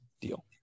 deal